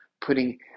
putting